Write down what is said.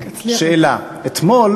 שאלה: אתמול